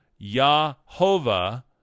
Yahovah